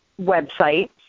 website